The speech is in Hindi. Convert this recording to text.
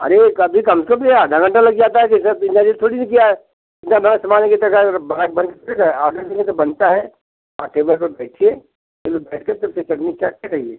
अरे कभी कम से कम तो ये आधा घंटा लग जाता है ये सब तैयारी थोड़ी ना किया है इतना सारा सामान अभी तक आएगा तो बना के बन थोड़ी गया है आडर देंगे तो बनता है वहाँ टेबल पे बैठिए टेबल पे बैठकर तब से चटनी चाटते रहिए